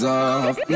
off